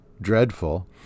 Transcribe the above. dreadful